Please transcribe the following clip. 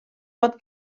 pot